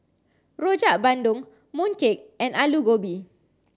Rojak Bandung Mooncake and Aloo Gobi